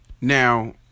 Now